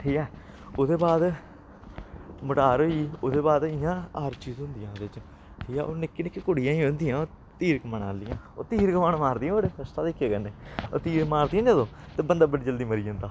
ठीक ऐ ओह्दे बाद मोटार होई गेई ओह्दे बाद इ'यां आर्चीज होंदियां ओह्दे च ठीक ऐ ओह् निक्की निक्की कुड़ियां होंदियां ओह् तीर कमान आह्लियां ओह् तीर कमान मारदियां बड़े फर्स्ट क्लास तरीक कन्नै ओह् तीर मारदियां न जदूं ते बंदा बड़ी जल्दी मरी जंदा